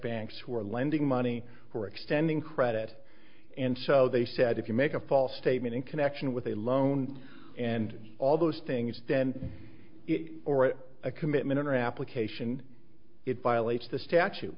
banks who are lending money for extending credit and so they said if you make a false statement in connection with a loan and all those things then or a commitment or an application it violates the statu